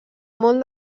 món